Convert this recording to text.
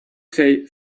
say